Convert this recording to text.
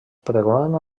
pregona